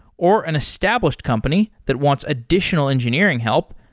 or an established company that wants additional engineering help,